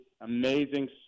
amazing